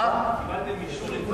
קיבלתם אישור מוועדת האתיקה?